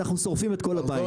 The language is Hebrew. אנחנו שורפים את כל הבית.